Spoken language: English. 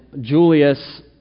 Julius